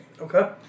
Okay